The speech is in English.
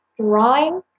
drawing